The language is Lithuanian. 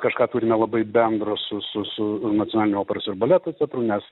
kažką turime labai bendro su su su nacionaliniu operos ir baleto teatru nes